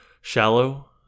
shallow